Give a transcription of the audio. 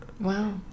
Wow